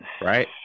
right